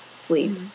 sleep